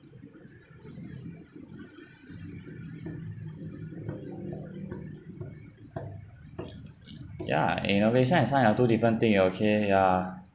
y~ y~ ya innovations and science are two different things okay ya